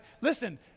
listen